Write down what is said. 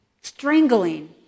strangling